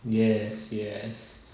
yes yes